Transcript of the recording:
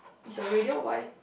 is your radio white